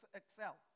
excel